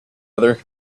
other